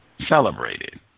celebrated